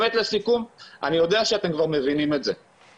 לסיים את הדיון עכשיו.